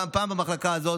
פעם במחלקה הזאת,